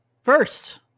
first